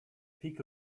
peak